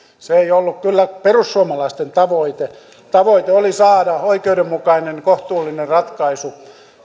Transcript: se ei kyllä ollut perussuomalaisten tavoite tavoite oli saada oikeudenmukainen kohtuullinen ratkaisu